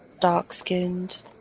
dark-skinned